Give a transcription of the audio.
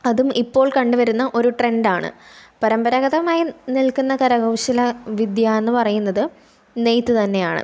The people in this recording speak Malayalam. അതും ഇപ്പോൾ കണ്ടുവരുന്ന ഒരു ട്രെൻഡാണ് പാരമ്പരാഗതമായി നിൽക്കുന്ന കരകൗശല വിദ്യ എന്നു പറയുന്നത് നെയ്ത്ത് തന്നെയാണ്